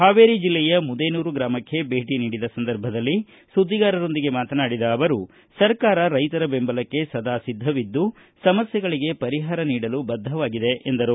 ಹಾವೇರಿ ಜಿಲ್ಲೆಯ ಮುದೇನೂರು ಗ್ರಾಮಕ್ಕೆ ಭೇಟ ನೀಡಿದ ಸಂದರ್ಭದಲ್ಲಿ ಸುದ್ದಿಗಾರರೊಂದಿಗೆ ಮಾತನಾಡಿದ ಅವರು ಸರ್ಕಾರ ರೈತರ ಬೆಂಬಲಕ್ಕೆ ಸದಾ ಸಿದ್ಧವಿದ್ದು ಸಮಸ್ಥೆಗಳಿಗೆ ಪರಿಹಾರ ನೀಡಲು ಬದ್ಧವಾಗಿದೆ ಎಂದರು